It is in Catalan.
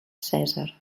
cèsar